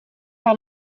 par